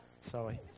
Sorry